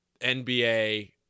NBA